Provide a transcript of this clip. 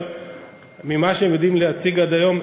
אבל ממה שהם יודעים להציג עד היום,